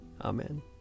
Amen